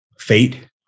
Fate